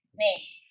names